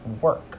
work